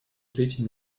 третий